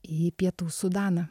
į pietų sudaną